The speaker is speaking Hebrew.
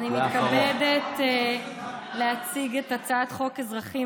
אני מתכבדת להציג את הצעת חוק אזרחים